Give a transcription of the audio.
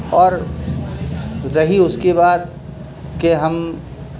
اور رہی اس کی بات کہ ہم